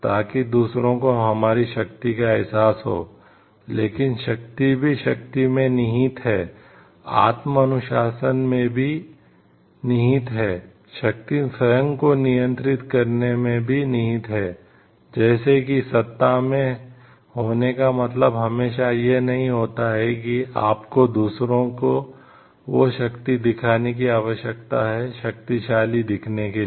ताकि दूसरों को हमारी शक्ति का एहसास हो लेकिन शक्ति भी शक्ति में निहित है आत्म अनुशासन में भी निहित है शक्ति स्वयं को नियंत्रित करने में भी निहित है जैसे कि सत्ता में होने का मतलब हमेशा यह नहीं होता है कि आपको दूसरों को वह शक्ति दिखाने की आवश्यकता है शक्तिशाली दिखने के लिए